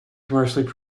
commercially